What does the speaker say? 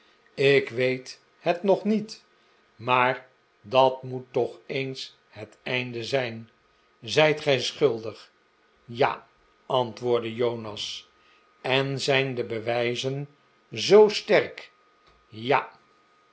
ik weet het nog niet maar dat moet toch eens het eind zijn zijt ge schuldig ja antwoordde jonas en zijn de bewijzen zoo sterk ja